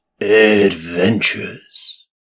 Adventures